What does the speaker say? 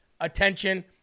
attention